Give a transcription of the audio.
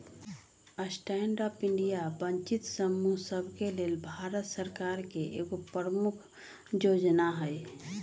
stand up India वंचित समूह सभके लेल भारत सरकार के एगो प्रमुख जोजना हइ